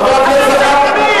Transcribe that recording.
חבר הכנסת,